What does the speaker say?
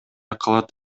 кылат